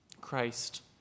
Christ